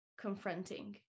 confronting